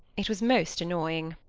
it was most annoying.